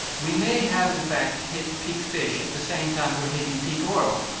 we may have in fact hit peak fish at the same time we're hitting peak oil,